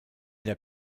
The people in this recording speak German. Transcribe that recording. der